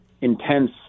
intense